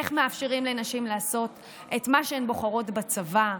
איך מאפשרים לנשים לעשות את מה שהן בוחרות בצבא,